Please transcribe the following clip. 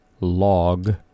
log